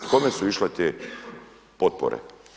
Kome su išle te potpore?